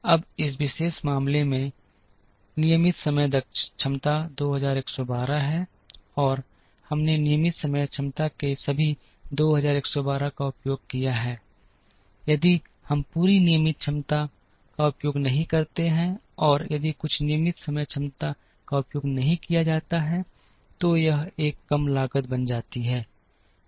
अब इस विशेष मामले में नियमित समय क्षमता २११२ है और हमने नियमित समय क्षमता के सभी २११२ का उपयोग किया है यदि हम पूरी नियमित समय क्षमता का उपयोग नहीं करते हैं और यदि कुछ नियमित समय क्षमता का उपयोग नहीं किया जाता है तो यह एक कम लागत बन जाती है